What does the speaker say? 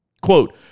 Quote